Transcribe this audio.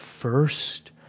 first